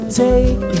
take